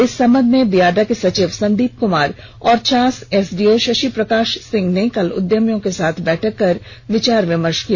इस संबंध में बियाडा के सचिव संदीप कुमार और चास एसडीओ शषि प्रकाश सिंह ने कल उद्यमियों के साथ बैठक कर विचार विमर्श किया